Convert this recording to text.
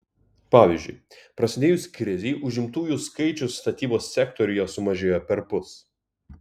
pavyzdžiui prasidėjus krizei užimtųjų skaičius statybos sektoriuje sumažėjo perpus